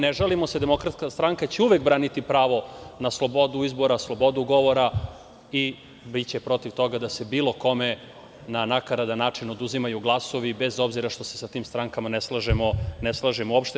Ne žalimo se, DS će uvek braniti pravo na slobodu izbora, slobodu govora i biće protiv toga da se bilo kome na nakaradan način oduzimaju glasovi, bez obzira što se sa tim strankama ne slažemo uopšte.